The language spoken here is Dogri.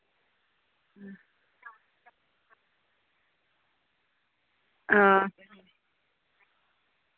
हां